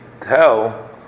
tell